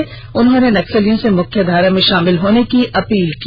SP ने नक्सलियों से मुख्य धारा में शामिल होने की अपील की